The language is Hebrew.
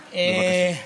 בבקשה.